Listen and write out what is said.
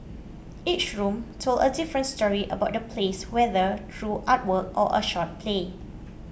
each room told a different story about the place whether through artwork or a short play